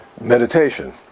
meditation